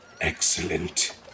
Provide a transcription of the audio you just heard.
Excellent